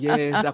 Yes